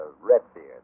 Redbeard